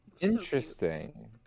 Interesting